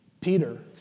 Peter